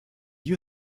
you